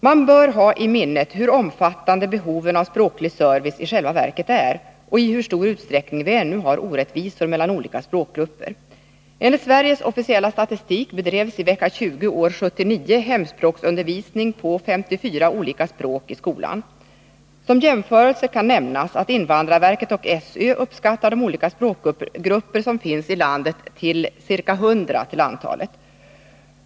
Man bör ha i minnet hur omfattande behoven av språklig service i själva verket är och i hur stor utsträckning vi ännu har orättvisor mellan olika språkgrupper. Enligt Sveriges officiella statistik bedrevs i vecka 20 år 1979 hemspråksundervisning på 54 olika språk i skolan. Som jämförelse kan nämnas att invandrarverket och SÖ uppskattar de olika språkgrupper som finns i landet till ca 100.